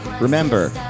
Remember